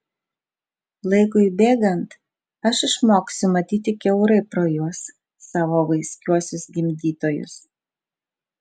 laikui bėgant aš išmoksiu matyti kiaurai pro juos savo vaiskiuosius gimdytojus